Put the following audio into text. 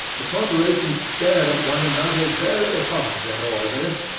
the corporation stared at one another very hard at all this,